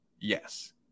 yes